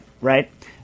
right